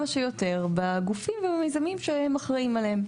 שיותר בגופים ובמיזמים שהם אחראיים עליהם.